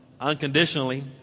unconditionally